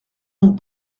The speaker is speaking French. donc